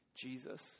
Jesus